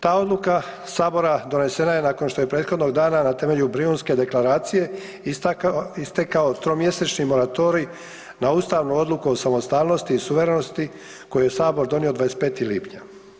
Ta odluka Sabora donesena je nakon što je prethodnog dana na temelju Brijunske deklaracije istekao tromjesečni moratorij na ustavnu odluku o samostalnosti i suverenosti koju je Sabor donio 25. lipnja.